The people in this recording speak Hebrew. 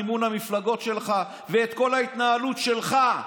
מימון המפלגות שלך ואת כל ההתנהלות שלך,